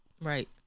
right